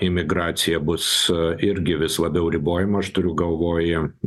imigracija bus irgi vis labiau ribojama aš turiu galvoj